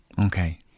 Okay